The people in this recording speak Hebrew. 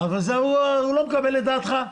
אבל הוא לא מקבל את דעתך.